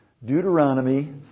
Deuteronomy